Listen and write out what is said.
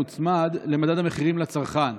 מוצמד למדד המחירים לצרכן.